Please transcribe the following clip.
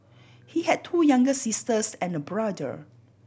he had two younger sisters and a brother